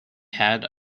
had